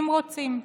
אם רוצים.